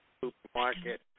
supermarket